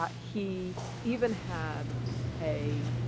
um he even had a